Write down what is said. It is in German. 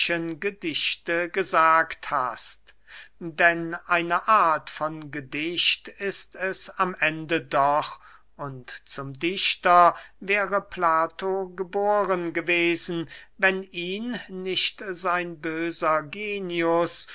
gedichte gesagt hast denn eine art von gedicht ist es am ende doch und zum dichter wäre plato geboren gewesen wenn ihn nicht sein böser genius